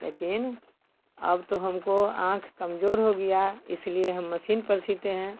लेकिन अब तो हमको आँख कमज़ोर हो गया इसलिए हम मसीन पर सीते हैं